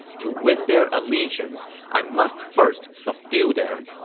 to win their allegiance, i must first subdue them.